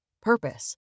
purpose